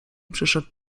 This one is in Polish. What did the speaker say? przyszedł